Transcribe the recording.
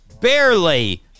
barely